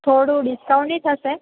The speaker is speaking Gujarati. થોડું ડિસ્કાઉન્ટ ની થસે